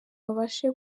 babashe